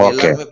Okay